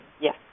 Yes